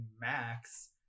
Max